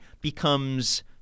becomes